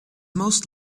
most